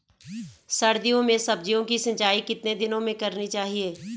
सर्दियों में सब्जियों की सिंचाई कितने दिनों में करनी चाहिए?